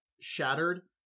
shattered